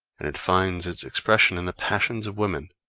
and it finds its expression in the passions of women.